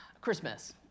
Christmas